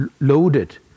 loaded